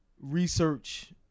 Research